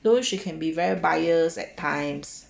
though she can be very bias at times